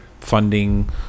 funding